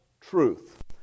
truth